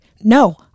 no